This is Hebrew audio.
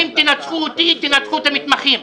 אם תנצחו אותי תנצחו את המתמחים.